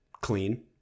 clean